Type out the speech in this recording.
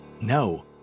No